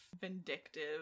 vindictive